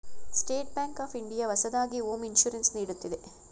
state Bank of India ಹೊಸದಾಗಿ home insurance ನೀಡುತ್ತಿದೆ